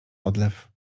odlew